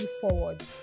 forward